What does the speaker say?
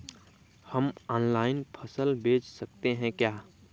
हम ऑनलाइन फसल बेच सकते हैं क्या?